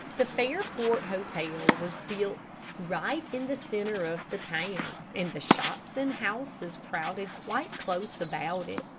the fairport hotel was built right in the centre of the town, and the shops and houses crowded quite close about it.